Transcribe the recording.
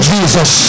Jesus